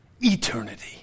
Eternity